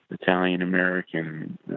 Italian-American